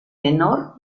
menor